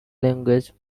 language